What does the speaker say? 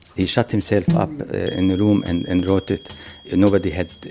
he shut himself up in a room and and wrote it and nobody had,